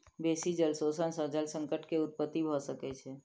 बेसी जल शोषण सॅ जल संकट के उत्पत्ति भ सकै छै